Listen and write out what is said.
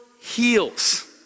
heals